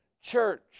Church